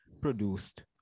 produced